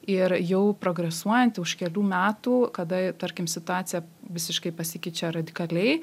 ir jau progresuojant jau už kelių metų kada tarkim situacija visiškai pasikeičia radikaliai